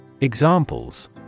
Examples